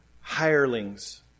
hirelings